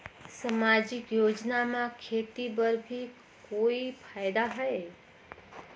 समाजिक योजना म खेती बर भी कोई फायदा है?